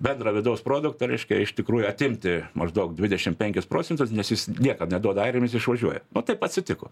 bendrą vidaus produktą reiškia iš tikrųjų atimti maždaug dvidešim penkis procentus nes jis niekad neduoda airiam jis išvažiuoja nu taip atsitiko